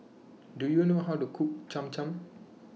Do YOU know How to Cook Cham Cham